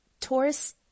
Taurus